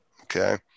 okay